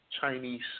Chinese